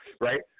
Right